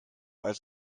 als